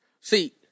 See